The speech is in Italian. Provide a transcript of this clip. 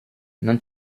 non